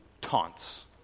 taunts